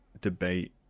debate